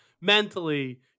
mentally